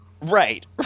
Right